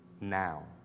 now